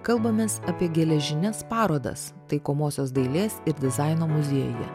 kalbamės apie geležines parodas taikomosios dailės ir dizaino muziejuje